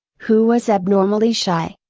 who was abnormally shy,